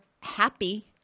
happy